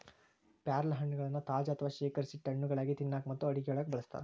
ಪ್ಯಾರಲಹಣ್ಣಗಳನ್ನ ತಾಜಾ ಅಥವಾ ಶೇಖರಿಸಿಟ್ಟ ಹಣ್ಣುಗಳಾಗಿ ತಿನ್ನಾಕ ಮತ್ತು ಅಡುಗೆಯೊಳಗ ಬಳಸ್ತಾರ